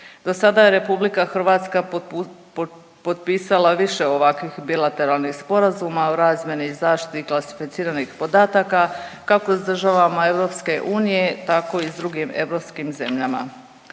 Dosada je RH potpisala više ovakvih bilateralnih sporazuma o razmjeni i zaštiti klasificiranih podataka, kako s državama EU tako i s drugim europskim zemljama.